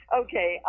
okay